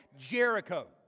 Jericho